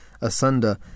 asunder